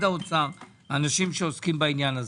האנשים שעוסקים בעניין הזה.